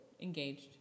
Engaged